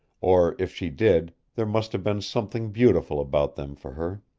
or, if she did, there must have been something beautiful about them for her.